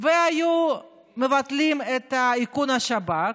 והיו מבטלים את איכון השב"כ,